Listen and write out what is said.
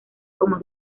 como